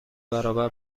برابر